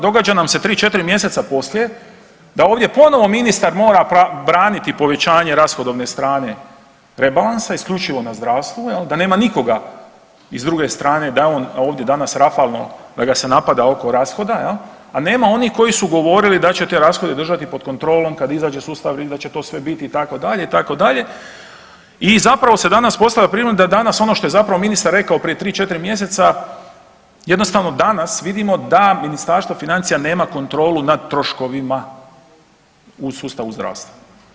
Događa nam se 3-4 mjeseca poslije da ovdje ponovo ministar mora braniti povećanje rashodovne strane rebalansa, isključivo na zdravstvu jel, da nema nikoga iz druge strane da je on ovdje danas rafalno da ga se napada oko rashoda jel, a nema onih koji su govorili da će te rashode držati pod kontrolom kad izađe sustav… [[Govornik se ne razumije]] da će to sve biti itd., itd. i zapravo se danas postavlja … [[Govornik se ne razumije]] da je danas ono što je zapravo ministar rekao prije 3-4 mjeseca jednostavno danas vidimo da Ministarstvo financija nema kontrolu nad troškovima u sustavu zdravstva.